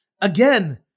again